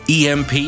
EMP